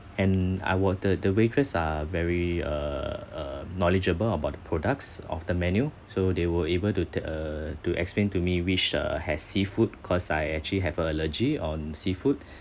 and I water the waitress are very uh uh knowledgeable about the products of the menu so they were able to te~ uh to explain to me which uh has seafood cause I actually have allergy on seafood